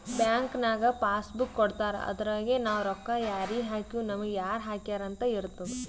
bank ನಾಗ್ passbook ಕೊಡ್ತಾರ ಅದುರಗೆ ನಾವ್ ರೊಕ್ಕಾ ಯಾರಿಗ ಹಾಕಿವ್ ನಮುಗ ಯಾರ್ ಹಾಕ್ಯಾರ್ ಅಂತ್ ಇರ್ತುದ್